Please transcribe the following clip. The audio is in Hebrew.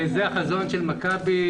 זה החזון של מכבי.